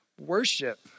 worship